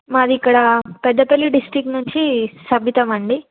మాది ఇక్కడ పెద్దపల్లి డిస్ట్రిక్ట్ నుంచి సభిత అండి